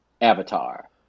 Avatar